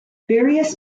various